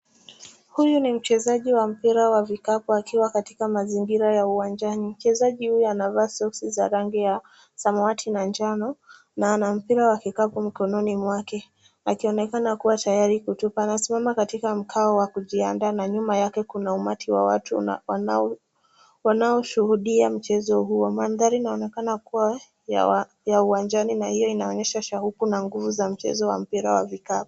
Huyu ni mchezaji wa mpira wa vikapu akiwa katika mazingira ya uwanjani. Mchezaji huyu anavaa soksi za rangi ya samawati na njano na ana mpira wa kikapu mikononi mwake akionekana kuwa tayari kutupa. Anasimama katika mkao wa kujiandaa na nyuma yake kuna umati wa watu wanaoshuhudia mchezo huo. Mandhari inaonekana kuwa ya uwanjani na hiyo inaonyesha shauku na nguvu za mchezo wa mpira za vikapu.